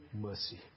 mercy